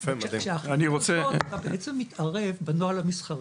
אתה בעצם מתערב בנוהל המסחרי,